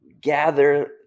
gather